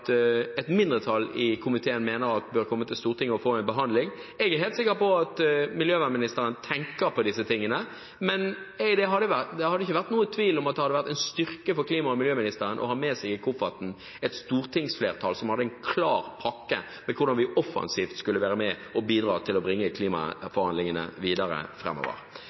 et mindretall i komiteen mener at bør komme til Stortinget og få en behandling. Jeg er helt sikker på at miljøministeren tenker på disse tingene, men det er ingen tvil om at det ville vært en styrke for klima- og miljøministeren å ha med seg i kofferten et stortingsflertall som hadde en klar pakke for hvordan vi offensivt skulle være med og bidra til å bringe klimaforhandlingene videre